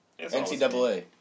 NCAA